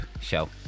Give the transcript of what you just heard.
show